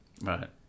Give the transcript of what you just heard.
right